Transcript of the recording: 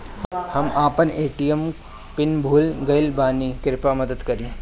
हम अपन ATM PIN भूल गएल बानी, कृपया मदद करीं